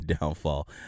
downfall